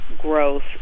growth